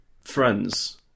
friends